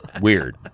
weird